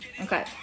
Okay